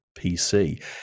PC